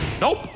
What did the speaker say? Nope